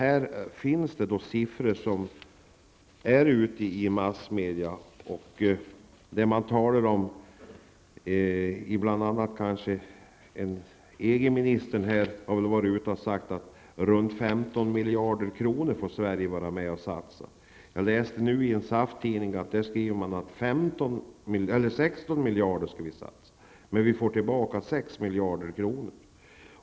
I massmedia förekommer uppgifter om detta, bl.a. har EG-ministern sagt att Sverige får vara med och satsa runt 15 miljarder kronor. I en SAF-tidning har jag läst att vi skall satsa 16 miljarder och att vi får tillbaka 6 miljarder.